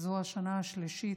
זו השנה השלישית,